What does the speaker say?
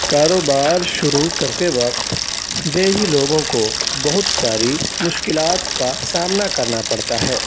کاروبار شروع کرتے وقت دیہی لوگوں کو بہت ساری مشکلات کا سامنا کرنا پڑتا ہے